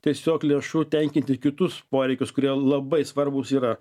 tiesiog lėšų tenkinti kitus poreikius kurie labai svarbūs yra